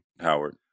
howard